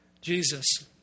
Jesus